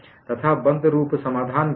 तथा बंद रूप समाधान क्या है